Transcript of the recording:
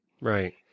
right